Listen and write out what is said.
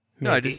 No